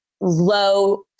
low